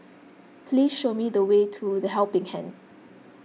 please show me the way to the Helping Hand